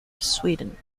sweden